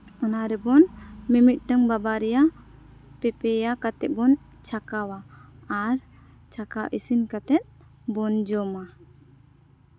ᱚᱱᱟ ᱨᱮᱵᱚᱱ ᱢᱤᱢᱤᱫᱴᱮᱱ ᱵᱟᱵᱟᱨᱭᱟ ᱯᱮᱯᱮᱭᱟ ᱠᱟᱛᱮᱫ ᱵᱚᱱ ᱪᱷᱟᱠᱟᱣᱟ ᱟᱨ ᱪᱷᱟᱠᱟᱣ ᱤᱥᱤᱱ ᱠᱟᱛᱮᱫ ᱵᱚᱱ ᱡᱚᱢᱟ